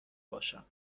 باشم